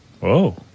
whoa